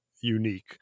unique